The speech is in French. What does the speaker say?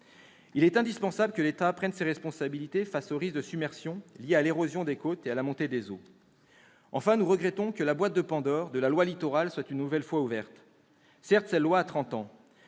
Il est indispensable que l'État prenne ses responsabilités face aux risques de submersion liés à l'érosion des côtes et à la montée des eaux. Enfin, nous regrettons que la boîte de Pandore de la loi Littoral soit une nouvelle fois ouverte. Certes, cette loi a trente